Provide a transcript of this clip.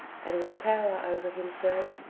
and with power over himself,